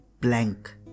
blank